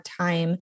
time